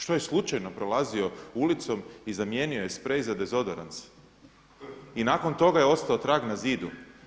Što je slučajno prolazio ulicom i zamijenio je sprej za dezoderant i nakon toga je ostao trag na zidu?